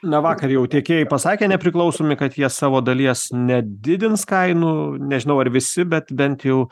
na vakar jau tiekėjai pasakė nepriklausomi kad jie savo dalies nedidins kainų nežinau ar visi bet bent jau